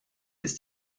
ist